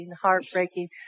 heartbreaking